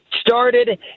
Started